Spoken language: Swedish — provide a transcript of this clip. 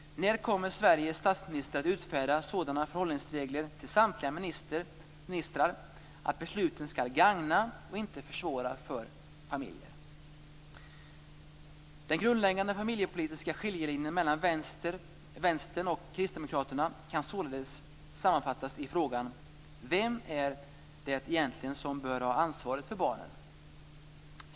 När kommer Sveriges statsminister att utfärda sådana förhållningsregler till samtliga ministrar att besluten skall gagna och inte försvåra för familjer? Den grundläggande familjepolitiska skiljelinjen mellan Vänstern och Kristdemokraterna kan således sammanfattas i följande fråga: Vem är det egentligen som bör ha ansvaret för barnen?